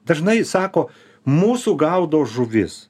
dažnai sako mūsų gaudo žuvis